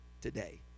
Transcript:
today